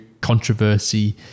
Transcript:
controversy